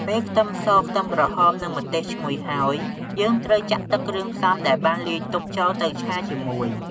ពេលខ្ទឹមស ខ្ទឹមក្រហម និងម្ទេសឈ្ងុយហើយ យើងត្រូវចាក់ទឹកគ្រឿងផ្សំដែលបានលាយទុកចូលទៅឆាជាមួយ។